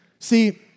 See